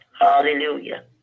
Hallelujah